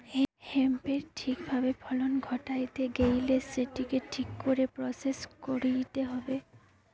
হেম্পের ঠিক ভাবে ফলন ঘটাইতে গেইলে সেটিকে ঠিক করে প্রসেস কইরতে হবে